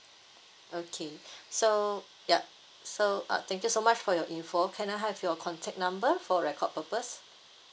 okay so yup so uh thank you so much for your info can I have your contact number for record purpose